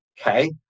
Okay